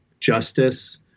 justice